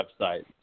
website